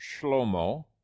Shlomo